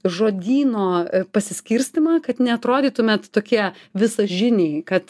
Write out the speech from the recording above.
žodyno pasiskirstymą kad neatrodytumėt tokie visažiniai kad